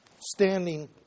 standing